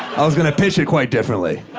i was gonna pitch it quite differently.